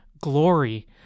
glory